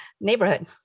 neighborhood